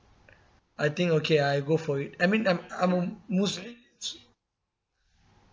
I think okay I go for it I mean I'm I'm a muslim